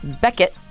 Beckett